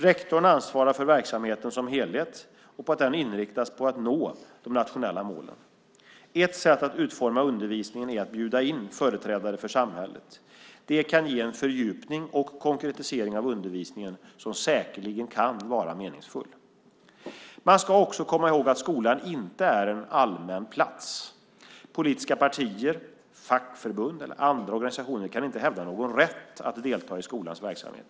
Rektorn ansvarar för att verksamheten som helhet inriktas på att nå de nationella målen. Ett sätt att utforma undervisningen är att bjuda in företrädare för samhället. Det kan ge en fördjupning och konkretisering av undervisningen som säkerligen kan vara meningsfull. Man ska också komma ihåg att skolan inte är en allmän plats. Politiska partier, fackförbund eller andra organisationer kan inte hävda någon rätt att delta i skolans verksamhet.